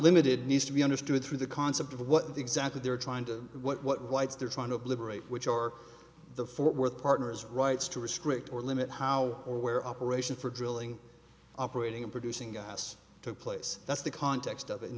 limited needs to be understood through the concept of what exactly they're trying to what whites they're trying to obliterate which or the fort worth partners rights to restrict or limit how or where operation for drilling operating in producing a house took place that's the context of it and